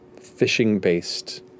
fishing-based